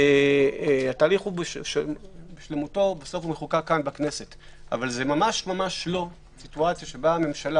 התהליך בשלמותו מחוקק כאן בכנסת אבל זו ממש לא סיטואציה בה הממשלה